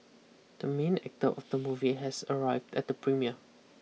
the main actor of the movie has arrived at the premiere